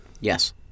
Yes